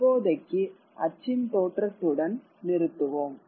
இப்போதைக்கு அச்சின் தோற்றத்துடன் நிறுத்துவோம்